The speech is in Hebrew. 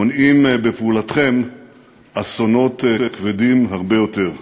מונעים בפעולתכם אסונות כבדים הרבה יותר.